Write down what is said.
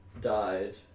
died